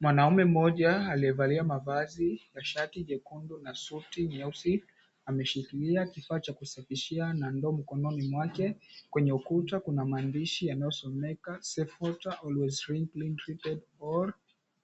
Mwanaume mmoja alievalia mavazi ya shati jekundu na suti nyeusi ameshikilia kifaa cha kushikishia na ndoo mkononi mwake. Kwenye ukuta kuna maandishi yanayosomeka 'Safe Water Always Drink Clean Treated